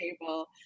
table